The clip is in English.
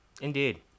Indeed